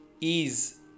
ease